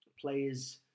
players